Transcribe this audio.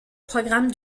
programme